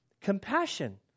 compassion